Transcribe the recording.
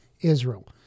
Israel